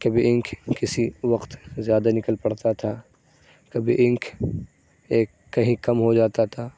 کبھی انک کسی وقت زیادہ نکل پڑتا تھا کبھی انک ایک کہیں کم ہو جاتا تھا